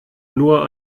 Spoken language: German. nur